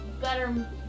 better